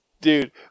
Dude